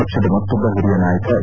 ಪಕ್ಷದ ಮತ್ತೊಬ್ಬ ಓರಿಯ ನಾಯಕ ಎ